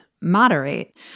Moderate